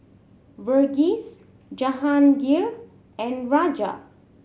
Verghese Jehangirr and Raja